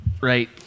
Right